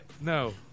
No